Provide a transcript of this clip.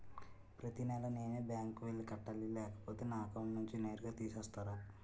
ప్రతి నెల నేనే బ్యాంక్ కి వెళ్లి కట్టాలి లేకపోతే నా అకౌంట్ నుంచి నేరుగా తీసేస్తర?